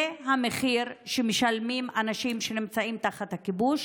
זה המחיר שמשלמים אנשים שנמצאים תחת הכיבוש.